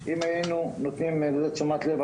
אנחנו רוצים לקדם את המדינה אנחנו יחד,